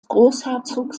großherzogs